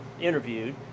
interviewed